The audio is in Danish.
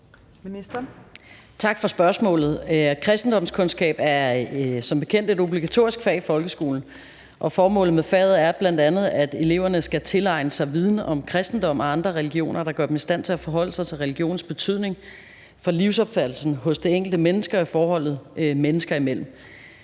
Tak for spørgsmålet. Kristendomskundskab er som bekendt et obligatorisk fag i folkeskolen, og formålet med faget er bl.a., at eleverne skal tilegne sig viden om kristendom og andre religioner, der gør dem i stand til at forholde sig til religions betydning for livsopfattelsen hos det enkelte menneske og forholdet mennesker imellem.